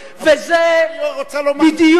וזה בדיוק,